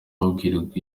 babwirwa